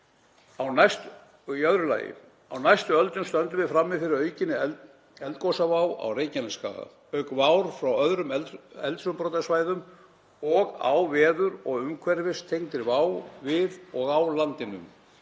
Á næstu öldum stöndum við frammi fyrir aukinni eldgosavá á Reykjanesskaga, auk vár frá öðrum eldsumbrotasvæðum og veður- og umhverfistengdri vá við og á landinu.